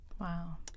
Wow